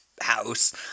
house